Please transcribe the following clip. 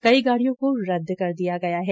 कई गाड़ियों को रद्द कर दिया गया है